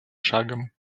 шагом